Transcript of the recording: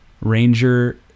Ranger